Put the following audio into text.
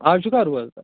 آز چھُکھَہ روزدار